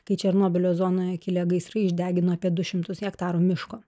kai černobylio zonoje kilę gaisrai išdegino apie du šimtus hektarų miško